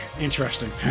Interesting